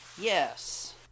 Yes